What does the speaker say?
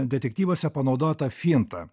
detektyvuose panaudotą fintą